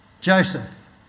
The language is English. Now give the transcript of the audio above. Joseph